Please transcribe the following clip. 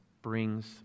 brings